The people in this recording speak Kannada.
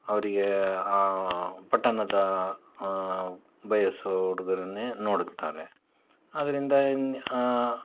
ಅವರಿಗೆ ಆ ಪಟ್ಟಣದ ಬಯಸೋ ಹುಡುಗ್ರನ್ನೇ ನೋಡುತ್ತಾರೆ ಆದ್ದರಿಂದ